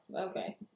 okay